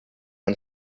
and